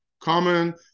common